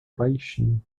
baixinho